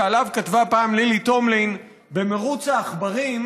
שעליו כתבה פעם לילי טומלין: במירוץ העכברים,